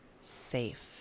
safe